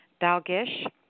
Dalgish